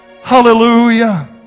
Hallelujah